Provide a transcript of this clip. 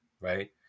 Right